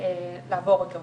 לעבור אותו.